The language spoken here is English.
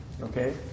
Okay